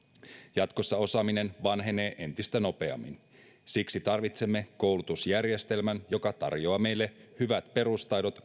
jatkossa osaaminen vanhenee entistä nopeammin siksi tarvitsemme koulutusjärjestelmän joka tarjoaa meille hyvät perustaidot